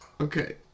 Okay